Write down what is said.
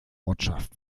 ortschaft